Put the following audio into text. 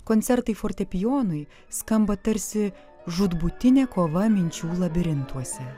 koncertai fortepijonui skamba tarsi žūtbūtinė kova minčių labirintuose